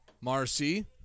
Marcy